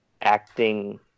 acting